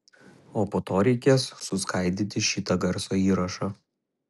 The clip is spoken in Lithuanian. o po to reikės suskaidyti šitą garso įrašą